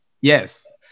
Yes